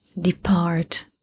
depart